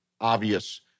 obvious